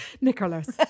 Nicholas